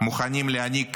מוכנים להעניק